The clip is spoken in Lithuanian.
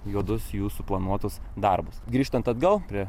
juodus jų suplanuotus darbus grįžtant atgal prie